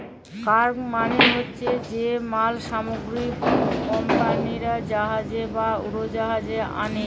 cargo মালে হছে যে মাল সামগ্রী কমপালিরা জাহাজে বা উড়োজাহাজে আলে